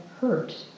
hurt